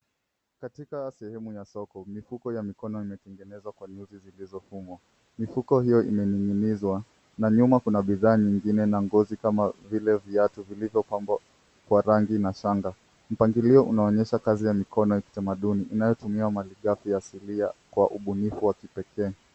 Katika sehemu ya soko mifuko ya mikono imetengenezwa kwa nyuzi zilizofungwa . Mifuko hio imening'inizwa na nyuma kuna bidhaa nyingine zangozi kama vile viatu vilivyopambwa kwa rangi na shanga. Mpangilio unaonyesha kazi ya mikono ya kitamaduni inayotumia malighafi ya kiasilia kwa ubunifu wa kipekee.